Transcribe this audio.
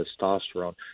testosterone